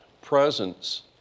presence